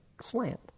slant